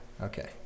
Okay